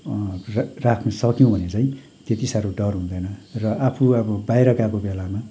राख्नु सक्यौँ भने चाहिँ त्यति साह्रो डर हुँदैन र आफू अब बाहिर गएको बेलामा